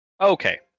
Okay